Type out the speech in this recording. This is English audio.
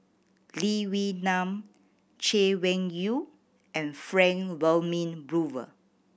Lee Wee Nam Chay Weng Yew and Frank Wilmin Brewer